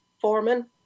Foreman